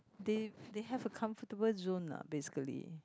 they they have a comfortable zone lah basically